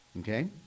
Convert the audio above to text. Okay